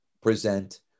present